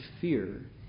fear